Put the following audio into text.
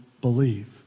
believe